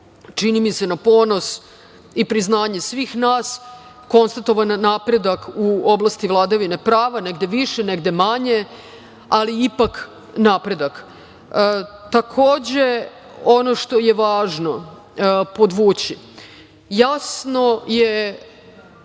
čini mi se na ponos i priznanje svih nas, konstatovan napredan u oblasti vladavine prava, negde više, negde manje, ali ipak napredak. Takođe, ono što je važno podvući, jasno je